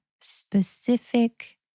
specific